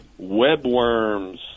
webworms